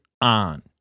on